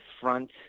front